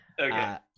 Okay